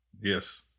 Yes